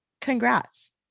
congrats